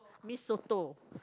mee soto